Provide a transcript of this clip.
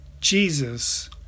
Jesus